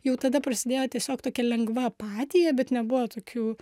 jau tada prasidėjo tiesiog tokia lengva apatija bet nebuvo tokių